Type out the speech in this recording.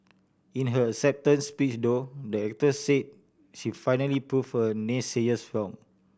in her acceptance speech though the actor said she finally proved her naysayers wrong